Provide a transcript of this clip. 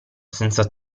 senza